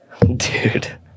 Dude